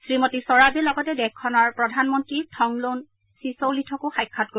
শ্ৰীমতী স্বৰাজে লগতে দেশখনৰ প্ৰধানমন্ত্ৰী থংলৌন চিছৌলিথকো সাক্ষাৎ কৰিব